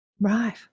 Right